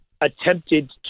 attempted